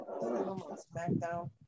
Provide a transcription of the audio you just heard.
SmackDown